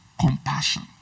compassion